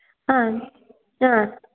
आम् आ